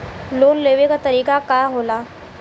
Loan लेवे क तरीकाका होला?